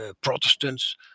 Protestants